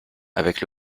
avec